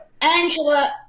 Angela